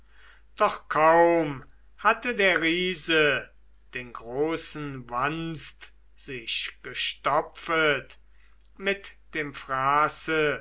doch kaum hatte der riese den großen wanst sich gestopfet mit dem fraße